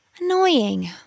Annoying